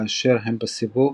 וכאשר הם בסיבוב,